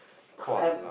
cause I'm